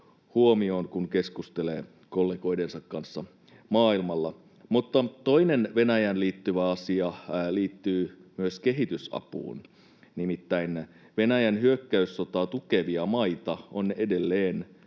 kun keskustelee kollegoidensa kanssa maailmalla. Toinen Venäjään liittyvä asia liittyy myös kehitysapuun: Nimittäin Venäjän hyökkäyssotaa tukevia maita on edelleen